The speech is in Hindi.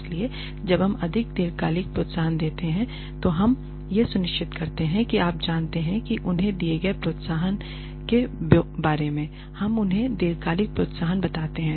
इसलिए जब हम उन्हें दीर्घकालिक प्रोत्साहन देते हैं तो हम यह सुनिश्चित करते हैं कि आप जानते हैं कि उन्हें दिए गए प्रोत्साहन के बारेमे हम उन्हें दीर्घकालिक प्रोत्साहन बताते हैं